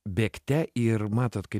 bėgte ir matot kaip